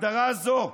הגדרה זו,